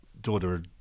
daughter